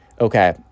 okay